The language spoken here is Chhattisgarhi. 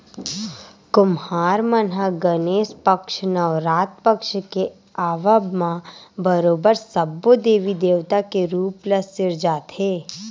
कुम्हार मन ह गनेस पक्छ, नवरात पक्छ के आवब म बरोबर सब्बो देवी देवता के रुप ल सिरजाथे